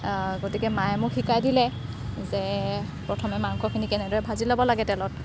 গতিকে মায়ে মোক শিকাই দিলে যে প্ৰথমে মাংসখিনি কেনেদৰে ভাজি ল'ব লাগে তেলত